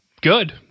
good